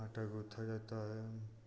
आटा गूथा जाता है